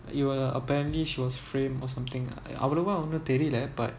you are apparently she was framed or something ah அவ்ளோவா ஒண்ணும் தெரியல அப்ப:avlovaa onnum theriyala appa but